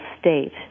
state